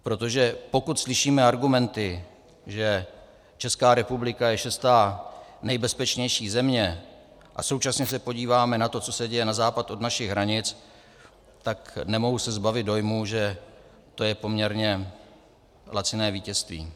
Protože pokud slyšíme argumenty, že ČR je šestá nejbezpečnější země, a současně se podíváme na to, co se děje na západ od našich hranic, tak nemohu se zbavit dojmu, že to je poměrně laciné vítězství.